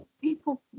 people